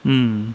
mm